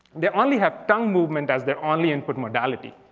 they only have tongue movement as their only input modality.